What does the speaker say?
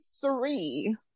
three